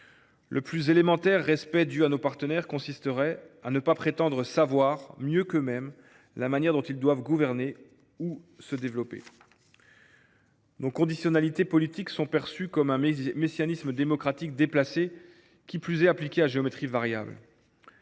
Le plus élémentaire respect dû à nos partenaires consisterait à ne pas prétendre savoir mieux qu’eux mêmes la manière dont ils doivent gouverner ou se développer. Nos conditionnalités politiques sont perçues comme un messianisme démocratique déplacé, qui plus est appliqué à géométrie variable.